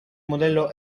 modello